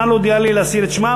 נא להודיע לי להסיר את שמם,